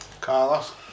Carlos